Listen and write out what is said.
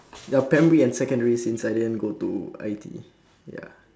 ya primary and secondary since I didn't go to I_T_E ya